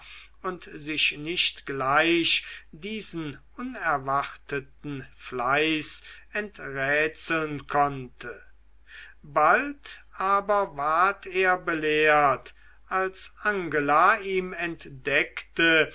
und sich nicht gleich diesen unerwarteten fleiß enträtseln konnte bald aber ward er belehrt als angela ihm entdeckte